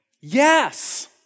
yes